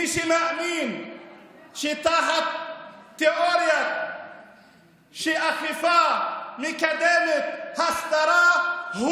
מי שמאמין תחת תיאוריה שאכיפה מקדמת הסדרה,